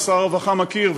ושר הרווחה מכיר,